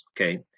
okay